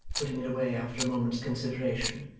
putting it away after a moment's consideration,